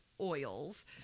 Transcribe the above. oils